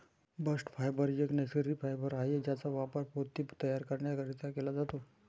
bast fibre एक नैसर्गिक fibre आहे ज्याचा वापर पोते तयार करण्यासाठी केला जातो